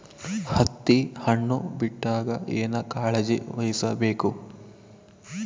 ಹತ್ತಿ ಹಣ್ಣು ಬಿಟ್ಟಾಗ ಏನ ಕಾಳಜಿ ವಹಿಸ ಬೇಕು?